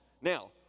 Now